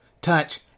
touch